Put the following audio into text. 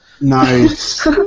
Nice